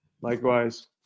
Likewise